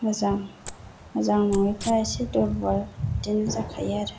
मोजां मोजां नङैफ्रा एसे दुरबल बिदिनो जाखायो आरो